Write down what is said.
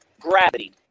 gravity